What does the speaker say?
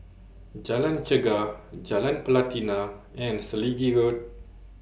Jalan Chegar Jalan Pelatina and Selegie Road